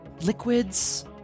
Liquids